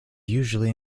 usually